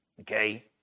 Okay